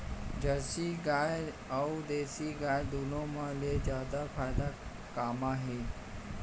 Jersey गाय अऊ देसी गाय दूनो मा ले जादा फायदा का मा हे?